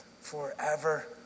forever